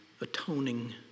atoning